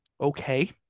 okay